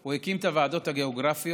הוא הקים את הוועדות הגיאוגרפיות,